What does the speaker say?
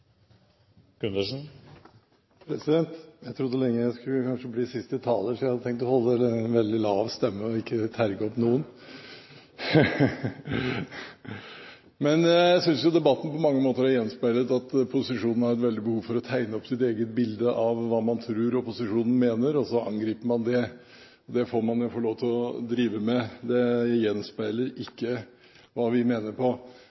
Jeg trodde lenge at jeg kanskje skulle bli siste taler, så jeg hadde tenkt å holde en veldig lav stemme og ikke terge opp noen. Jeg synes at debatten på mange måter har gjenspeilet at posisjonen har et veldig behov for å tegne opp sitt eget bilde av hva man tror opposisjonen mener, og så angriper